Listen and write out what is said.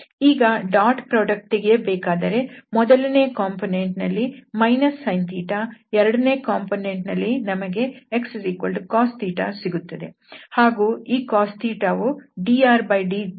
ಈಗ dot product ತೆಗೆಯಬೇಕಾದರೆ ಮೊದಲನೆಯ ಕಂಪೋನೆಂಟ್ ನಲ್ಲಿ sin ಎರಡನೇ ಕಂಪೋನೆಂಟ್ದಲ್ಲಿ ನಮಗೆ xcos ಸಿಗುತ್ತದೆ ಹಾಗೂ ಈ cos ವು drdθದಿಂದ ಸಿಗುತ್ತದೆ